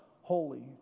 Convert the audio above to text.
holy